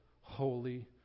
holy